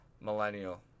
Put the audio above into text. millennial